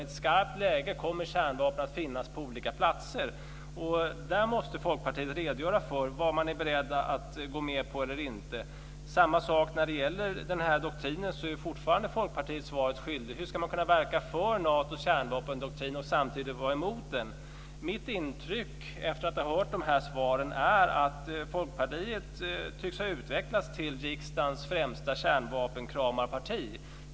I ett skarpt läge kommer kärnvapen att finnas på olika platser. Där måste Folkpartiet redogöra för vad man är beredda att gå med på. Samma sak gäller det här med doktrinen. Där är fortfarande Folkpartiet svaret skyldigt. Hur ska man kunna verka för Natos kärnvapendoktrin och samtidigt vara emot den? Mitt intryck efter att ha hört de här svaren är att Folkpartiet tycks ha utvecklats till riksdagens främsta kärnvapenkramarparti.